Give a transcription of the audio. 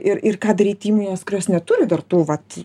ir ir ką daryt įmonės kurios neturi dar tų vat